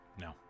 no